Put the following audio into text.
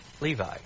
Levi